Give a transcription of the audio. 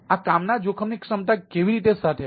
આ કામના જોખમની ક્ષમતા કેવી રીતે સાથે હતી